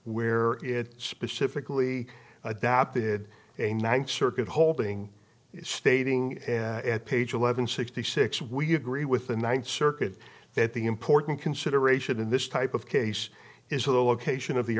where it specifically adapted a mag circuit holding stating at page eleven sixty six we agree with the ninth circuit that the important consideration in this type of case is the location of the